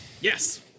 Yes